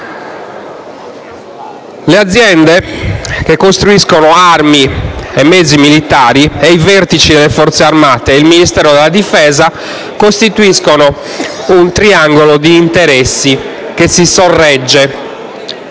Le aziende che costruiscono armi e mezzi militari, i vertici delle Forze armate e il Ministero della difesa costituiscono un triangolo di interessi che si sorregge